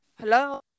hello